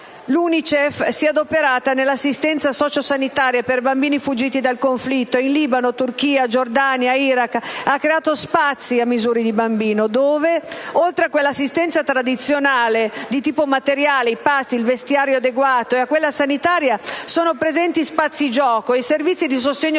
L'UNICEF si è adoperata nell'assistenza socio‑sanitaria per bambini fuggiti dal conflitto in Libano, Turchia, Giordania, Iraq; ha creato spazi a misura di bambino, dove, oltre all'assistenza tradizionale di tipo materiale (i pasti e il vestiario adeguato) e sanitario, sono presenti spazi gioco, servizi di sostegno